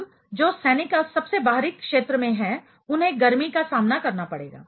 अब जो सैनिक सबसे बाहरी क्षेत्र में हैं उन्हें गर्मी का सामना करना पड़ेगा